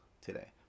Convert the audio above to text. today